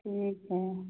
ठीक है